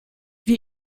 wie